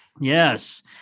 Yes